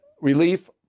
relief